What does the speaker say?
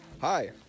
Hi